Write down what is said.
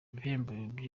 ibihembo